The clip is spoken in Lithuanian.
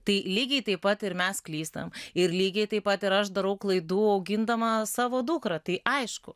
tai lygiai taip pat ir mes klystam ir lygiai taip pat ir aš darau klaidų augindama savo dukrą tai aišku